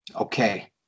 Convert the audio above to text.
Okay